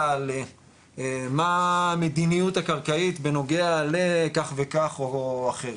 למה המדיניות הקרקעית בנוגע לכך וכך או אחרת,